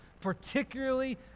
particularly